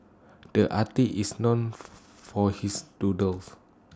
the artist is known for his doodles